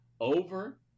over